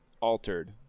altered